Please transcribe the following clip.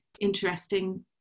interesting